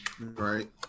Right